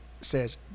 says